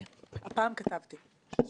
שהודיתי לה גם בדיון האחרון שלנו,